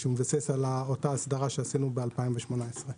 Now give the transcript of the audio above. שמתבסס על ההסדרה שעשינו ב-2018.